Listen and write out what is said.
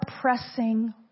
pressing